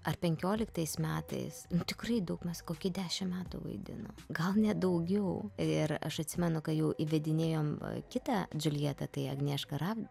ar penkioliktais metais tikrai daug mes kokį dešim metų vaidinom gal net daugiau ir aš atsimenu kai jau įvedinėjom kitą džiuljetą tai agnieška rav